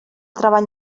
treball